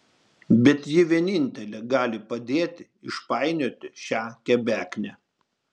bet ji vienintelė gali padėti išpainioti šią kebeknę